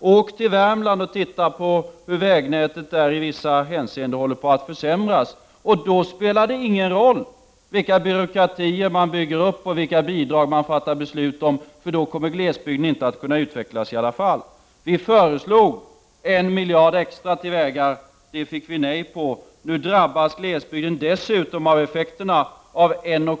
Åk till Värmland och titta på hur vägnätet där i vissa hänseenden håller på att försämras! Då spelar det ingen roll vilka byråkratier man bygger upp och vilka bidrag man fattar beslut om, för då kommer glesbygden inte att kunna utvecklas i alla fall. Vi föreslog en miljard extra till vägar. Det fick vi nej på. Nu drabbas glesbygden dessutom av effekterna av 1:50